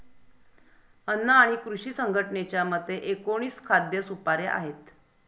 अन्न आणि कृषी संघटनेच्या मते, एकोणीस खाद्य सुपाऱ्या आहेत